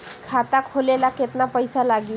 खाता खोले ला केतना पइसा लागी?